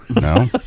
No